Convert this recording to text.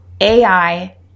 AI